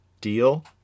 Deal